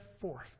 forth